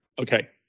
Okay